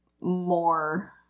more